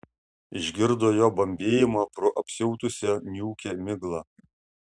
išgirdo jo bambėjimą pro apsiautusią niūkią miglą